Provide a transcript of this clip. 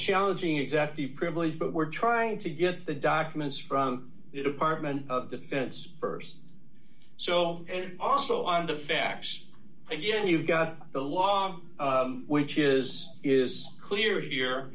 challenging exactly privilege but we're trying to get the documents from the department of defense st so and also on the facts again you've got a lot which is is clear here